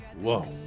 Whoa